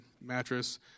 mattress